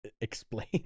explain